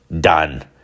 done